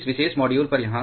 इस विशेष मॉड्यूल पर यहाँ